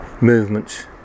movements